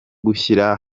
gushyira